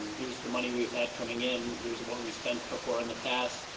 here's the money we've had coming in, here's what we spent before in the past,